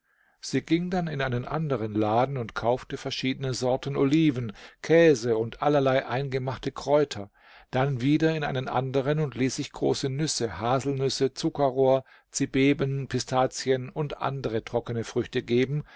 sie ging dann in einen anderen laden und kaufte verschiedene sorten oliven käse und allerlei eingemachte kräuter dann wieder in einen anderen und ließ sich große nüsse haselnüsse zuckerrohr zibeben pistazien und andere trockene früchte geben